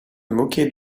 moquait